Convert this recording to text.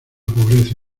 pobreza